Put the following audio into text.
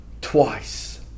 twice